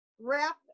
wrap